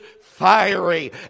fiery